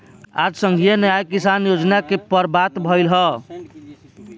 आज संघीय न्याय किसान योजना पर बात भईल ह